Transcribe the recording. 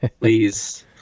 please